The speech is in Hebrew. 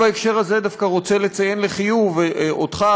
בהקשר הזה אני דווקא רוצה לציין לחיוב אותך,